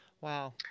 Wow